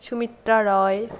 Sumitra Roy